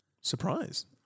surprise